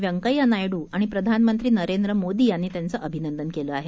व्यंकय्यानायडूआणिप्रधानमंत्रीनरेंद्रमोदीयांनीत्यांचंअभिनंदनकेलंआहे